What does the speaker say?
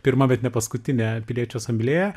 pirma bet ne paskutinė piliečių asamblėja